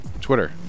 Twitter